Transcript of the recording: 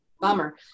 Bummer